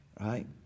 right